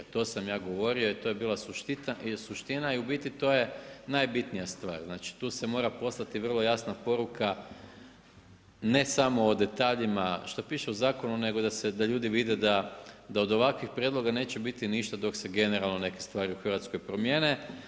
To sam ja govorio i to je bila suština i u biti to je najbitnija stvar, znači tu se mora poslati vrlo jasna poruka ne samo o detaljima što piše u zakonu nego i da ljudi vide da od ovakvih prijedloga neće biti ništa dok se generalno neke stvari u Hrvatskoj promijene.